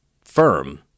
firm